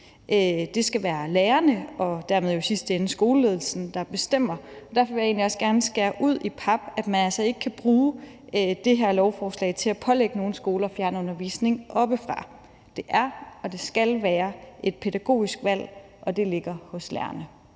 Derfor vil jeg egentlig også gerne skære ud i pap, at man altså ikke kan bruge det her lovforslag til at pålægge nogen skoler fjernundervisning oppefra. Det er og det skal være et pædagogisk valg, og det ligger hos lærerne.